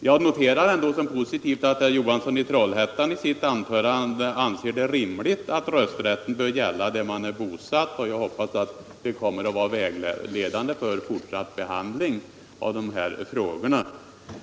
Jag noterar ändå som positivt att herr Johansson i Trollhättan i sitt anförande ansåg det rimligt att rösträtten bör gälla där man är bosatt, och jag hoppas att det kommer att vara vägledande för den fortsatta behandlingen av de här frågorna.